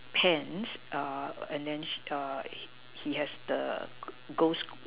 pants and then he has the ghost